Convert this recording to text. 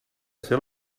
ser